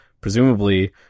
presumably